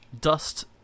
Dust